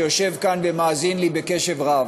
שיושב כאן ומאזין לי בקשב רב,